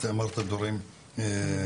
אמרת דברים לעניין.